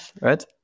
Right